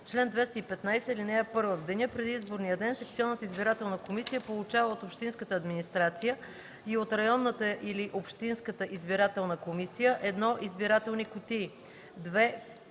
Чл. 215. (1) В деня преди изборния ден секционната избирателна комисия получава от общинската администрация и от районната или общинската избирателна комисия: 1. избирателни кутии;